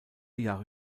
jahre